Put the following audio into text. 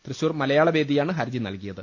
തൃശൂർ മലയാള വേദിയാണ് ഹർജി നൽകിയത്